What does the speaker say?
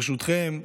ברשותכם,